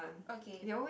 okay